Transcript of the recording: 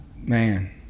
Man